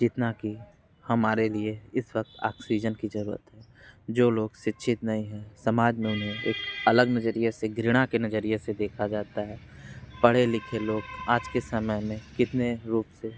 जितना कि हमारे लिए इस वक्त आक्सीजन की ज़रूरत है जो लोग शिक्षित नहीं हैं समाज में उन्हें एक अलग नज़रिए से घृणा के नज़रिए से देखा जाता है पढ़े लिखे लोग आज के समय में कितने रूप से